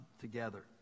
together